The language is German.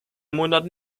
monaten